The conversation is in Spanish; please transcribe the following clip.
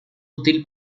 útil